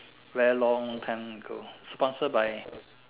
very long time ago sponsored by